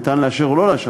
ניתן לאשר או לא לאשר,